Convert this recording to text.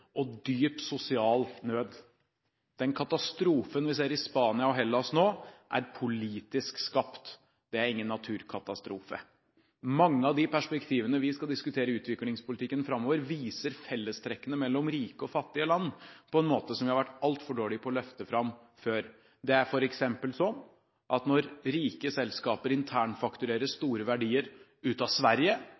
og dyp sosial nød. Den katastrofen vi ser i Spania og Hellas nå, er politisk skapt. Det er ingen naturkatastrofe. Mange av de perspektivene vi skal diskutere i utviklingspolitikken framover, viser fellestrekkene mellom rike og fattige land på en måte som vi har vært altfor dårlige på å løfte fram før. Når f.eks. rike selskaper internfakturerer store verdier ut av Sverige,